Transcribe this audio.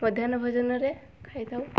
ମଧ୍ୟାନ୍ନ ଭୋଜନରେ ଖାଇଥାଉ